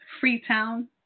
Freetown